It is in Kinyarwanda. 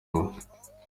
imwe